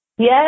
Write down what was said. Yes